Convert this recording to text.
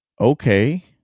Okay